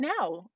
now